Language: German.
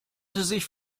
sich